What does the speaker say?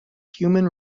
human